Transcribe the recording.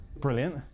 brilliant